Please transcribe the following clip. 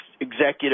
executive